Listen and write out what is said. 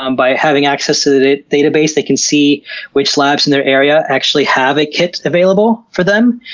um by having access to the database they can see which labs in their area actually have a kit available for them,